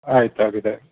ಆಯ್ತು ಹಾಗಿದ್ದರೆ